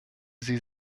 sie